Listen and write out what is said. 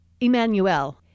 Emmanuel